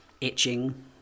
itching